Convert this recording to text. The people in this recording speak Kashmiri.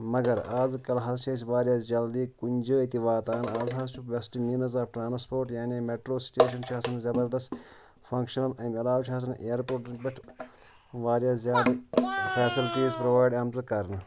مگر اَز کَل حظ چھِ أسۍ واریاہ جلدی کُنہِ جایہِ تہِ واتان اَز حظ چھُ بیسٹہٕ میٖنٕز آف ٹرٛانسپوٹ یعنی میٹرو سِٹیشن چھُ آسان زبردست فنٛگشنَل امہِ علاوٕ چھِ آسان ایرپورٹن پٮ۪ٹھ واریاہ زیادٕ فیسلٹیٖز پرٛووایڈ آمژٕ کرنہٕ